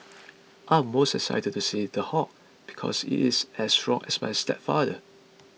I'm most excited to see The Hulk because it is as strong as my stepfather